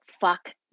fuck